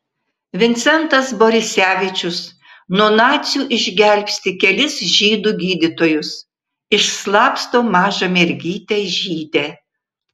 vincentas borisevičius nuo nacių išgelbsti kelis žydų gydytojus išslapsto mažą mergytę žydę